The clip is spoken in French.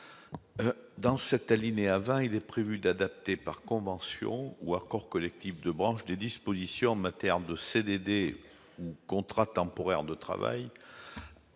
dans cet alinéa 20, il est prévu d'adapter par convention ou accord collectif de branche de dispositions Mattern de CDD ou contrat temporaire de travail,